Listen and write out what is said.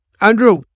Andrew